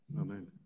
Amen